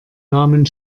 namen